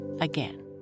again